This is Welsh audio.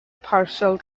parsel